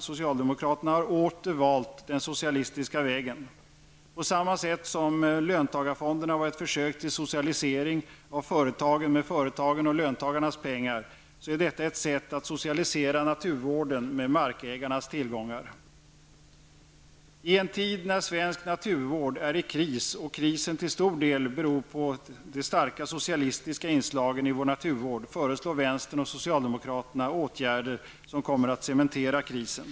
Socialdemokraterna har åter valt den socialistiska vägen. På samma sätt som löntagarfonderna var ett försök till socialisering av företagen med företagens och löntagarnas pengar, är detta ett sätt att socialisera naturvården med markägarnas tillgångar. I en tid när svensk naturvård är i kris och krisen till stor del beror på de starka socialistiska inslagen i vår naturvård föreslår vänstern och socialdemokraterna åtgärder som kommer att cementera krisen.